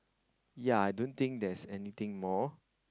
ya I don't think there's anything more